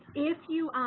if you